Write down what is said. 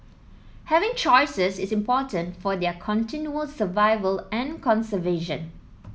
having choices is important for their continual survival and conservation